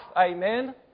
Amen